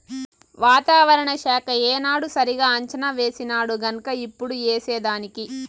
వాతావరణ శాఖ ఏనాడు సరిగా అంచనా వేసినాడుగన్క ఇప్పుడు ఏసేదానికి